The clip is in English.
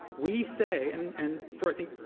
we say, and and for, i think,